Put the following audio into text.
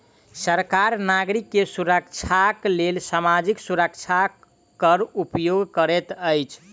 सरकार नागरिक के सुरक्षाक लेल सामाजिक सुरक्षा कर उपयोग करैत अछि